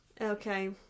Okay